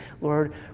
Lord